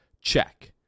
Check